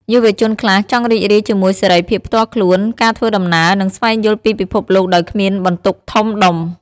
យុវជនខ្លះចង់រីករាយជាមួយសេរីភាពផ្ទាល់ខ្លួន ការធ្វើដំណើរ និងស្វែងយល់ពីពិភពលោកដោយគ្មានបន្ទុកធំដុំ។